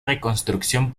reconstrucción